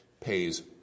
pays